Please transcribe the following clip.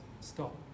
stop